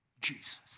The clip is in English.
Jesus